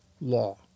law